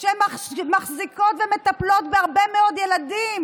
שמחזיקות ומטפלות בהרבה מאוד ילדים,